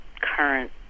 current